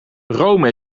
rome